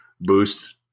boost